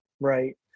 Right